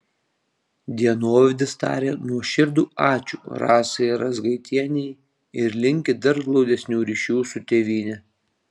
dienovidis taria nuoširdų ačiū rasai razgaitienei ir linki dar glaudesnių ryšių su tėvyne